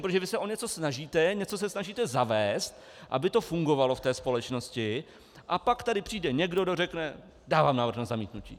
Vy se o něco snažíte, něco se snažíte zavést, aby to fungovalo ve společnosti, a pak tady přijde někdo, kdo řekne: dávám návrh na zamítnutí.